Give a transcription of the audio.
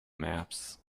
maps